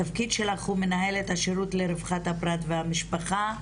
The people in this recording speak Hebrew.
התפקיד שלך הוא מנהלת השירות לרווחת הפרט והמשפחה,